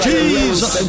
Jesus